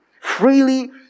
freely